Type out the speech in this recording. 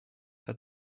hat